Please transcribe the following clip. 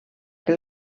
que